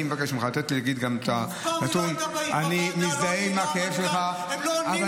זה נכון שאנחנו גם רואים עלייה דרמטית בכמות --- מקום אחרון בעולם.